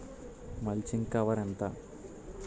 Mulching cover ఎంత?